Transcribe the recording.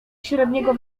średniego